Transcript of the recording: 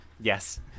yes